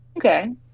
Okay